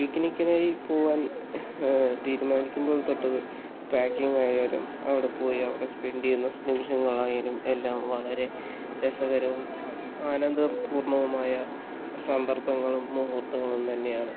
പിക്കിനിക്കിനായി പോവാൻ തീരുമാനിക്കുമ്പോൾ തൊട്ട് പാക്കിങ്ങായാലും അവിടെ പോയി അവിടെ സ്പെൻഡ് ചെയ്യുന്ന നിമിഷങ്ങളായാലും എല്ലാം വളരെ രസകരവും ആനന്ദ പൂർണവുമായ സന്ദർഭങ്ങളും മുഹൂർത്തങ്ങളും തന്നെയാണ്